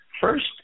first